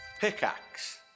Pickaxe